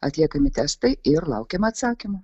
atliekami testai ir laukiam atsakymų